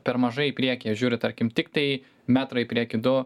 per mažai į priekį jie žiūri tarkim tiktai metrą į priekį du